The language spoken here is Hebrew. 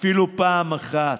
אפילו פעם אחת.